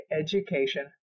education